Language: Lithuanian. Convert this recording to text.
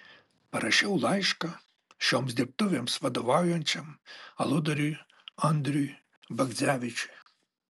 parašiau laišką šioms dirbtuvėms vadovaujančiam aludariui andriui bagdzevičiui